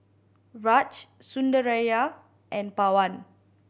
Raj Sundaraiah and Pawan